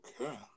Okay